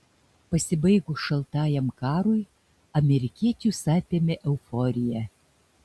pasibaigus šaltajam karui amerikiečius apėmė euforija